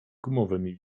gumowymi